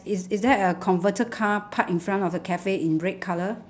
is is there a converter car parked in front of the cafe in red colour